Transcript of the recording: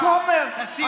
אתה כומר.